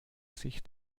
sich